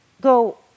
go